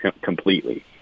completely